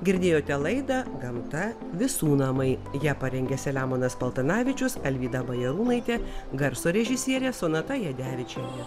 girdėjote laidą gamta visų namai ją parengė selemonas paltanavičius alvyda bajarūnaitė garso režisierė sonata jadevičienė